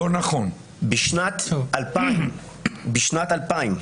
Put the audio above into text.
בשנת 2000,